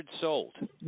sold